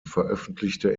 veröffentlichte